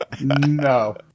No